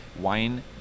wine